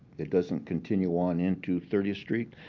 it doesn't continue on into thirtieth street.